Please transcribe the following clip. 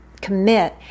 commit